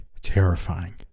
terrifying